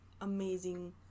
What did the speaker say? amazing